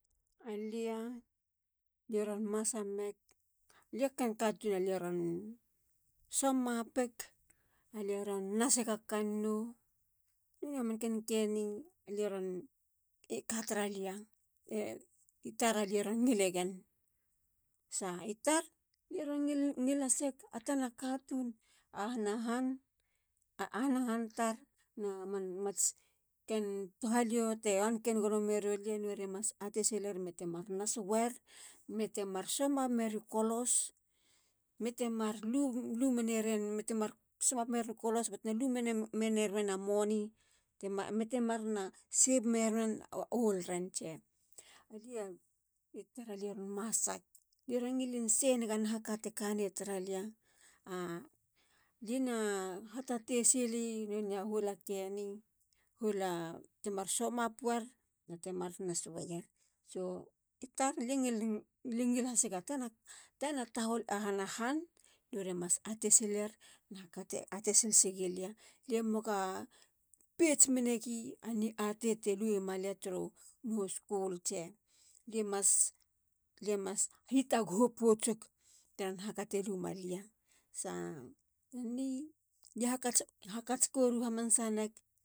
Alia. lie ron masa mek. lia ken katun a lie ron somapik. alie ron nasega kanou. noneya manken keni alie ron,. a ka taralia. i tar alie ron ngilegen. i tar. alie ron ngil haseyek a tana katun i ahana han. ahana han tar. namats ken tohalio te wanken gonomerolia. norie mas atesiler. ime temar nas wer. metemar somap mriu kolos. mete mar lumenerien. mete mar somap meriu kolos bate lumeneruen a money. mete mar na save meruen a ol ren. tse. alie. i tar alie ron masak. lie ron ngilin share nega naha kate kane taralia. a. alie na hatate silia nonei a huol a keni. huol a temar somap wer. na temar nas wer. so itar. liengil hasega tana tahol i ahana han. norie mas atesiler. naha kate ate sileg lia. lie moaga peits menegi a ni atei ti luma lia turu school. tse. lie mas hitaguhu potsug tara nahaka ti luma lia. sa liehakats koru hamanasa neg.